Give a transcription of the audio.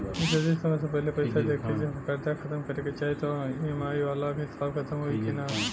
जदी समय से पहिले पईसा देके सब कर्जा खतम करे के चाही त ई.एम.आई वाला हिसाब खतम होइकी ना?